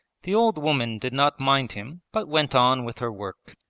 the old woman did not mind him but went on with her work,